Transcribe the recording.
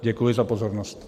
Děkuji za pozornost.